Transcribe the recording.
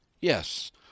Yes